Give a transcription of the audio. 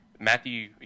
Matthew